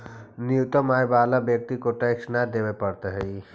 न्यूनतम आय वाला व्यक्ति के टैक्स न देवे पड़ऽ हई